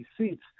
seats